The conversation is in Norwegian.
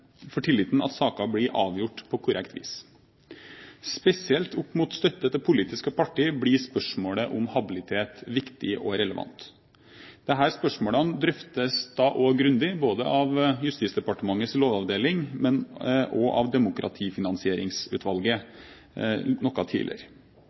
for tilliten at saker blir avgjort på korrekt vis. Spesielt opp mot støtte til politiske partier blir spørsmålet om habilitet viktig og relevant. Disse spørsmålene drøftes da også grundig, både av Justisdepartementets lovavdeling og av Demokratifinansieringsutvalget